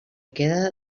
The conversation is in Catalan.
queda